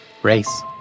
race